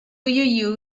you